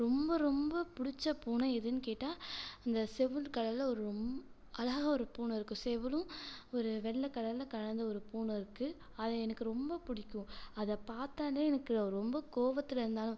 ரொம்ப ரொம்பப் பிடிச்ச பூனை எதுன்னு கேட்டால் அந்த செவளு கலரில் ஒரு ரொம்ப அழகாக ஒரு பூனை இருக்கும் செவளும் ஒரு வெள்ளை கலரில் கலந்த ஒரு பூனை இருக்குது அது எனக்கு ரொம்ப பிடிக்கும் அதைப் பார்த்தாலே எனக்கு ரொம்ப கோவத்தில் இருந்தாலும்